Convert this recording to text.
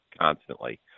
constantly